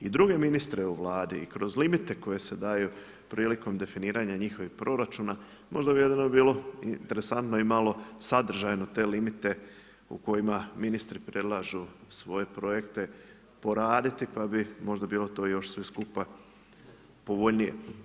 I druge ministre u Vladi i kroz limite koji se daju prilikom definiranju njihovog proračuna, možda bi bilo interesantno i malo sadržajno te limite u kojima ministri predlažu svoje projekte poraditi, pa bi možda bilo sve to skupa povoljnije.